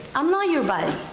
i'm not your buddy,